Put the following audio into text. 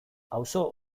auzo